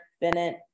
Bennett